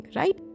right